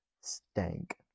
stank